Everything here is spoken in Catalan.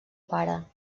pare